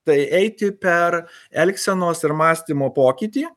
tai eiti per elgsenos ir mąstymo pokytį